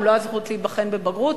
גם לא הזכות להיבחן בבגרות,